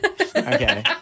okay